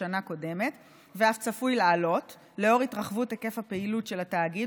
השנה הקודמת ואף צפוי לעלות לאור התרחבות היקף הפעילות של התאגיד,